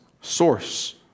source